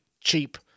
cheap